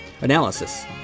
Analysis